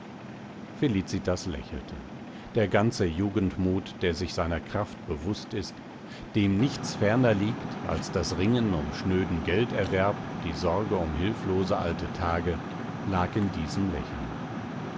felicitas lächelte der ganze jugendmut der sich seiner kraft bewußt ist dem nichts ferner liegt als das ringen um schnöden gelderwerb die sorge um hilflose alte tage lag in diesem lächeln